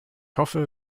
hoffe